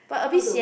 how to